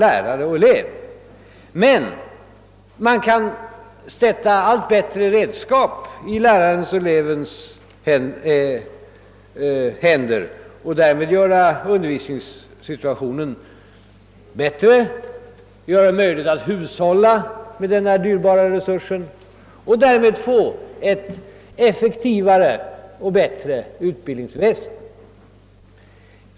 lärare och elev», och att utvecklingsarbetet på läromedelsområdet »har till syfte att sätta allt bättre redskap i lärarens och elevens händer ———.» Därmed kan undervisningssituationen förbättras. : 4 Vi har möjligheter att hushålla med våra dyrbara lärarresurser och därigenom skapa ett bättre utbildningsväsende.